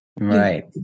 Right